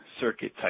circuit-type